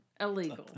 illegal